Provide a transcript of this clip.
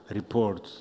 report